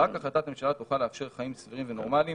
רק החלטת ממשלה תוכל לאפשר חיים סבירים ונורמליים.